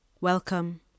Welcome